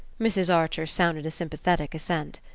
mrs. archer sounded a sympathetic assent.